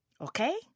Okay